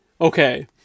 Okay